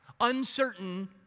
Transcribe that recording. uncertain